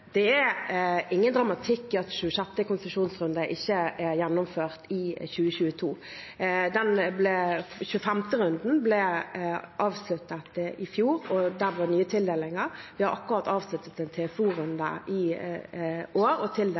at 26. konsesjonsrunde ikke er gjennomført i 2022. Den 25. runden ble avsluttet i fjor, og der var det nye tildelinger. Vi har akkurat avsluttet en TFO-runde i år og